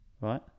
right